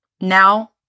Now